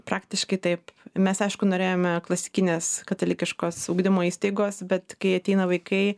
praktiškai taip mes aišku norėjome klasikinės katalikiškos ugdymo įstaigos bet kai ateina vaikai